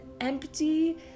empty